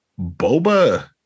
Boba